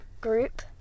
group